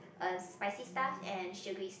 a spicy stuff and sugary s~